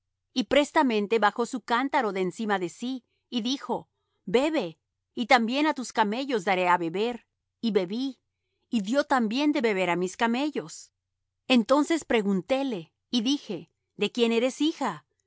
y prestamente bajó su cántaro de encima de sí y dijo bebe y también á tus camellos daré á beber y bebí y dió también de beber á mis camellos entonces preguntéle y dije de quién eres hija